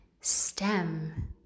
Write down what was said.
stem